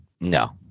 No